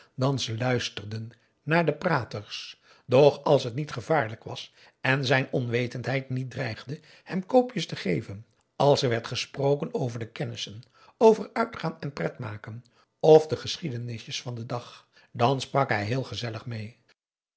dan ze luisterden naar de praters doch als het niet gevaarlijk was en zijn onwetendheid niet dreigde hem koopjes te geven als er werd gesproken over de kennissen over uitgaan en pret maken of de geschiedenisjes van den dag dan sprak hij heel gezellig mee